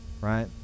right